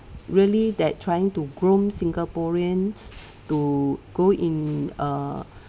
really that trying to groom singaporeans to go in uh